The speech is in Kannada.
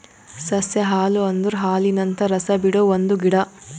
ಸಸ್ಯ ಹಾಲು ಅಂದುರ್ ಹಾಲಿನಂತ ರಸ ಬಿಡೊ ಒಂದ್ ಗಿಡ